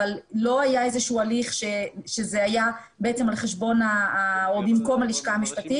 אבל לא היה איזשהו הליך שזה היה בעצם על חשבון או במקום הלשכה המשפטית.